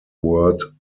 word